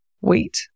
wait